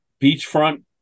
beachfront